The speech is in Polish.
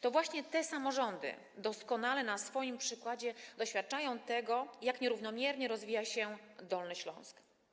To te samorządy doskonale na swoim przykładzie doświadczają tego, jak nierównomiernie rozwija się Dolny Śląsk.